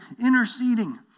interceding